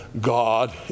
God